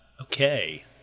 Okay